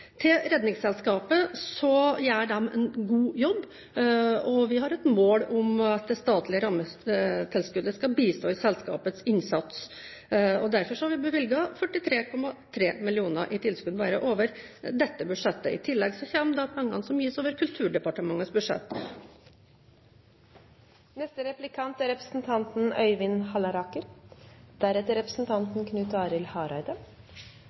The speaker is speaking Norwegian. til Redningsselskapet: De gjør en god jobb, og vi har et mål om at det statlige rammetilskuddet skal bistå i selskapets innsats. Derfor har vi bevilget 43,3 mill. kr i tilskudd bare over dette budsjettet. I tillegg kommer penger som gis over Kulturdepartementets budsjett. Til budsjettet til Meltveit Kleppa sa den tidligere bømlingen Hareide